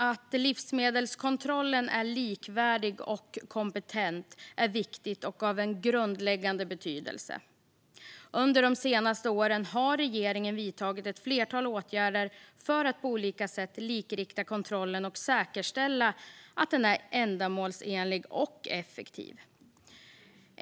Att livsmedelskontrollen är likvärdig och kompetent är viktigt och av en grundläggande betydelse. Under de senaste åren har regeringen vidtagit ett flertal åtgärder för att på olika sätt likrikta kontrollen och säkerställa att den är ändamålsenlig och effektiv.